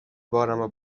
بارمو